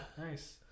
Nice